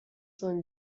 cinq